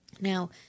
Now